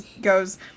goes